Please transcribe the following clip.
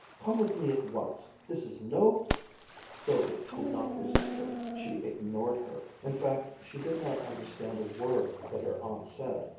come with me at once. this is no sylvia did not resist her. she ignored her. in fact, she did not understand a word that her aunt said.